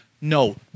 No